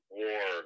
war